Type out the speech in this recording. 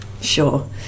Sure